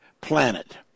planet